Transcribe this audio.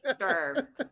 sure